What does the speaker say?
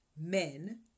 Men